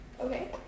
Okay